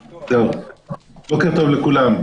בוקר טוב לכולם.